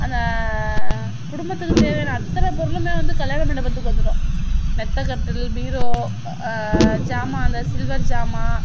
அந்த குடும்பத்துக்கு தேவையான அத்தனை பொருளுமே வந்து கல்யாண மண்டபத்துக்கு வந்துடும் மெத்தை கட்டில் பீரோ சாமான் அந்த சில்வர் சாமான்